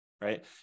right